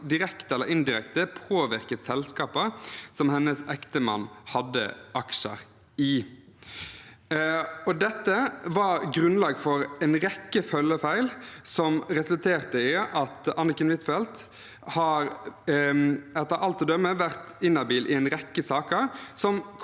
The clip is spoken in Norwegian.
som direkte eller indirekte påvirket selskaper hennes ektemann hadde aksjer i. Dette var grunnlag for en rekke følgefeil som resulterte i at Anniken Huitfeldt etter alt å dømme har vært inhabil i en rekke saker